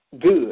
good